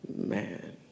Man